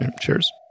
Cheers